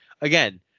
Again